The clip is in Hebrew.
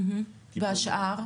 והשאר?